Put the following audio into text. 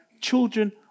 children